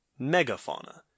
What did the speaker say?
megafauna